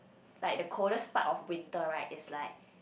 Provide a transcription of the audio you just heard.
like the coldest part of winter right is like